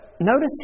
notice